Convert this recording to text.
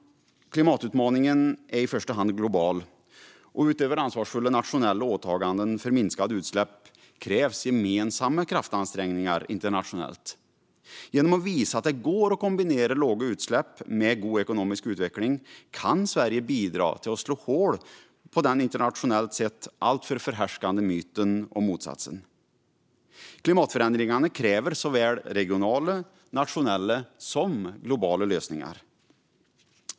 Klimatutmaningen är i första hand global, och utöver ansvarsfulla nationella åtaganden för minskade utsläpp krävs gemensamma kraftansträngningar internationellt. Genom att visa att det går att kombinera låga utsläpp med god ekonomisk utveckling kan Sverige bidra till att slå hål på den internationellt sett alltför förhärskande myten om motsatsen. Klimatförändringarna kräver såväl regionala och nationella som globala lösningar.